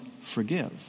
forgive